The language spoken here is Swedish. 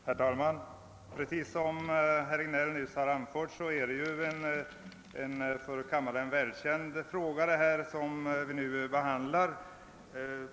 Herr talman! Som herr Regnéll nyss har anfört är det en för kammaren välkänd fråga som vi nu behandlar.